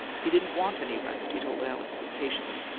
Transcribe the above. he didn't want any rest, he told alice impatiently,